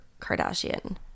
Kardashian